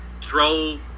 throw